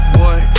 boy